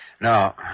No